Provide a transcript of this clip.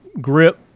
grip